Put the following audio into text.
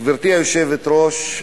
גברתי היושבת-ראש,